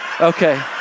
okay